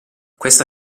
questa